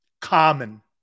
Common